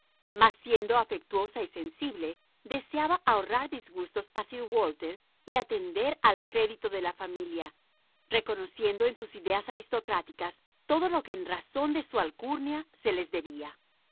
siendo afectuosa y sensible deseaba ahorrar disgustos a sir walter y atender al crédito de la familia reconociendo en sus ideas aristocráticas todo lo que en razón de su alcurnia se les debía